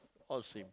all same